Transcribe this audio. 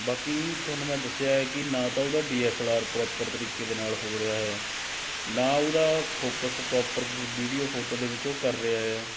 ਬਾਕੀ ਤੁਹਾਨੂੰ ਮੈਂ ਦੱਸਿਆ ਏ ਕਿ ਨਾ ਤਾਂ ਉਹਦਾ D S L R proper ਤਰੀਕੇ ਦੇ ਨਾਲ ਹੋ ਰਿਹਾ ਏ ਨਾ ਉਹਦਾ ਫੌਕਸ ਪਰੋਪਰ ਵੀਡਿਓ ਫੋਟੋ ਦੇ ਵਿੱਚ ਉਹ ਕਰ ਰਿਹਾ ਆ